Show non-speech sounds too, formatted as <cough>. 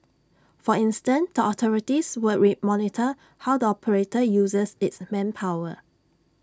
for instance tall authorities will <unintelligible> monitor how the operator uses its manpower